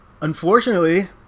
Unfortunately